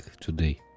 today